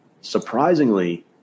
surprisingly